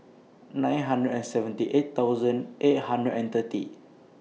nine hundred and seventy eight thousand eight hundred and thirty